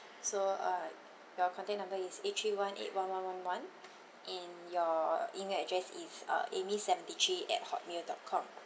so uh your contact number is eight three one eight one one one one and your email address is uh amy seventy three at hotmail dot com